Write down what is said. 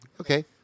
Okay